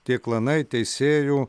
tie klanai teisėjų